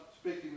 speaking